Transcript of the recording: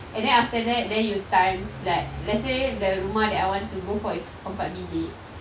and then after that then you times like let's say the rumah that I want to go for is empat bilik